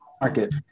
market